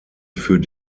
für